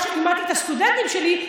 מה שלימדתי את הסטודנטים שלי,